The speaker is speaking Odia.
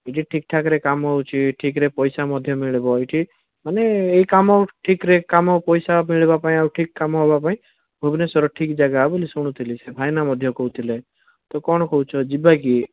ଏଠି ଠିକ୍ ଠାକ୍ ରେ କାମ ହେଉଛି ଠିକ୍ ରେ ପଇସା ମଧ୍ୟ ମିଳିବ ଏଇଠି ମାନେ ଏଇ କାମ ଠିକ୍ ରେ କାମ ପଇସା ମିଳିବା ପାଇଁ ଆଉ ଠିକ୍ କାମ ହେବାପାଇଁ ଭୁବନେଶ୍ୱର ଠିକ୍ ଜାଗା ବୋଲି ଶୁଣୁଥିଲି ସେ ଭାଇନା ମଧ୍ୟ କହୁଥିଲେ ତ କଣ କହୁଛ ଯିବା କି